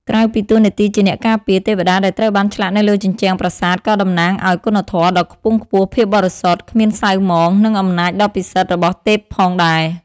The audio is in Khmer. ក្រៅពីតួនាទីជាអ្នកការពារ ទេវតាដែលត្រូវបានឆ្លាក់នៅលើជញ្ជាំងប្រាសាទក៏តំណាងឲ្យ គុណធម៌ ដ៏ខ្ពង់ខ្ពស់ ភាពបរិសុទ្ធ គ្មានសៅហ្មង និង អំណាចដ៏ពិសិដ្ឋ របស់ទេពផងដែរ។